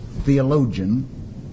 theologian